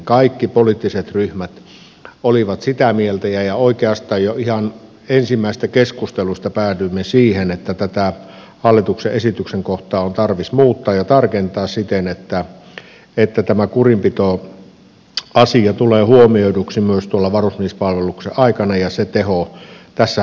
kaikki poliittiset ryhmät olivat sitä mieltä ja oikeastaan jo ihan ensimmäisessä keskustelussa päädyimme siihen että tätä hallituksen esityksen kohtaa on tarvis muuttaa ja tarkentaa siten että tämä kurinpitoasia tulee huomioiduksi myös varusmiespalveluksen aikana ja se tehoaa